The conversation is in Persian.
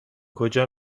کجا